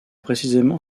précisément